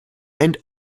and